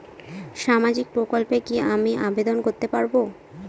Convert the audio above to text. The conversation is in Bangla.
সামাজিক প্রকল্পে কি আমি আবেদন করতে পারবো?